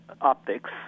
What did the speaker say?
optics